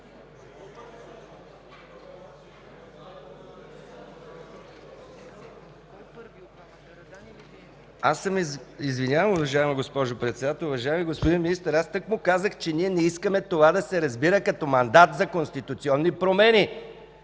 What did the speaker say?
ЛБ): Извинявам се, уважаема госпожо Председател. Уважаеми господин Министър, тъкмо подчертах, че ние не искаме това да се разбира като мандат за конституционни промени,